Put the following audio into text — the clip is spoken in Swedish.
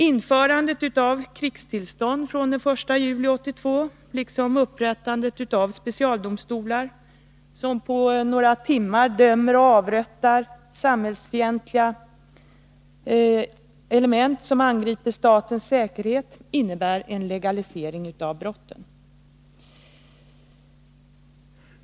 Införandet av krigstillstånd från den 1 juli 1982 liksom upprättandet av specialdomstolar, som på några timmar dömer och avrättar ”samhällsfientliga element som angriper statens säkerhet”, innebär en legalisering av brotten.